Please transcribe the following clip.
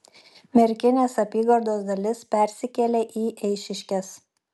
merkinės apygardos dalis persikėlė į eišiškes